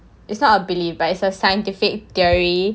it's not a belief but it's a scientific theory